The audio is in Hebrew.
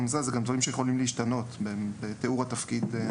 אלה גם דברים שיכולים להשתנות, בתיאור התפקיד.